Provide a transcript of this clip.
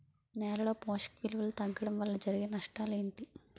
నేలలో పోషక విలువలు తగ్గడం వల్ల జరిగే నష్టాలేంటి?